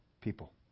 people